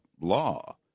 law